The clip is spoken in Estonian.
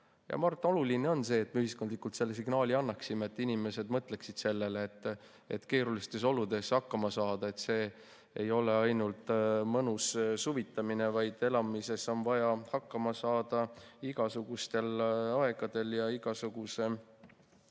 Ma arvan, et oluline on see, et me ühiskondlikult selle signaali annaksime, et inimesed mõtleksid sellele, kuidas keerulistes oludes hakkama saada. See ei ole ainult mõnus suvitamine, vaid elamises on vaja hakkama saada igasugustel aegadel ja igasuguste